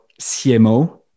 CMO